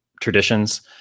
traditions